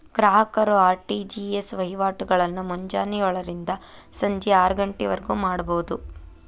ಗ್ರಾಹಕರು ಆರ್.ಟಿ.ಜಿ.ಎಸ್ ವಹಿವಾಟಗಳನ್ನ ಮುಂಜಾನೆ ಯೋಳರಿಂದ ಸಂಜಿ ಆರಗಂಟಿವರ್ಗು ಮಾಡಬೋದು